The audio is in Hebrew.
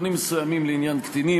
תיקונים מסוימים לעניין קטינים,